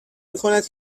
میکند